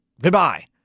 goodbye